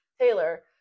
Taylor